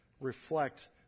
Reflect